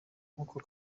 nkuko